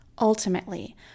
ultimately